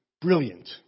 brilliant